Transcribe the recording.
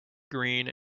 green